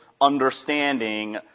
understanding